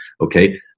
okay